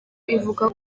ivuga